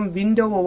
window